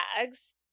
bags